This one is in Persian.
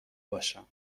باشم